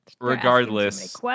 regardless